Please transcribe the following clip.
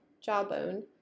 jawbone